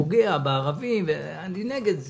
יהיה עד 10:00